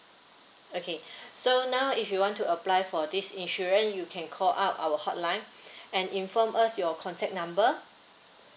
okay so now if you want to apply for this insurance you can call up our hotline and inform us your contact number